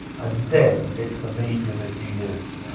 and then, its the media that you use.